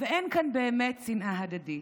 ואין כאן באמת שנאה הדדית.